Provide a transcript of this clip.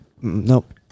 Nope